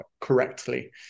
correctly